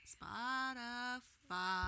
Spotify